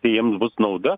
tai jiems bus nauda